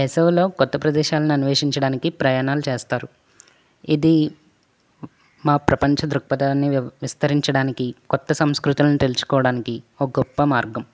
వేసవిలో కొత్త ప్రదేశాలని అన్వేషించడానికి ప్రయాణాలు చేస్తారు ఇది మా ప్రపంచ దృక్పథాన్ని విస్తరించడానికి కొత్త సంస్కృతులు తెలుసుకోవడానికి ఓ గొప్ప మార్గం